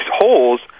holes